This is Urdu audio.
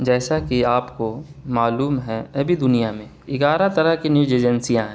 جیسا کہ آپ کو معلوم ہے ابھی دنیا میں گیارہ طرح کی نیوز ایجنسیاں ہیں